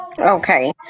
Okay